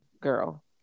Girl